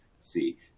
see